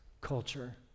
culture